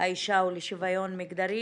האישה ולשוויון מגדרי.